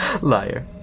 Liar